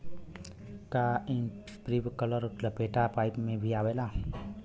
का इस्प्रिंकलर लपेटा पाइप में भी आवेला?